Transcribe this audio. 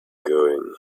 going